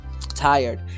tired